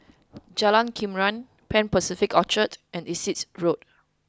Jalan Krian Pan Pacific Orchard and Essex Road